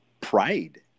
pride